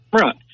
Right